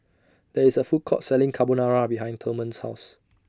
There IS A Food Court Selling Carbonara behind Thurman's House